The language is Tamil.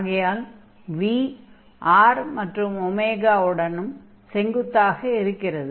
ஆகையால் v r மற்றும் உடனும் செங்குத்தாக இருக்கிறது